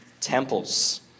temples